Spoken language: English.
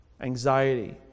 anxiety